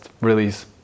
release